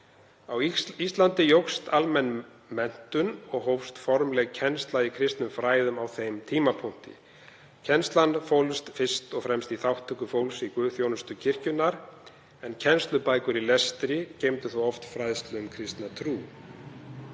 Á Íslandi jókst almenn menntun og hófst formleg kennsla í kristnum fræðum á þeim tímapunkti. Kennslan fólst fyrst og fremst í þátttöku fólks í guðsþjónustum kirkjunnar en kennslubækur í lestri geymdu þó oft fræðslu um kristna trú.